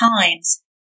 times